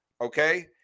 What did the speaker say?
Okay